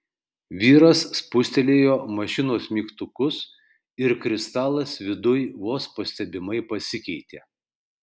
vyras spustelėjo mašinos mygtukus ir kristalas viduj vos pastebimai pasikeitė